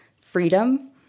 freedom